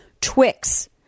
Twix